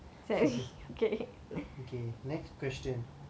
okay okay next question